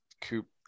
Coop